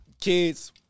kids